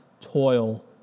toil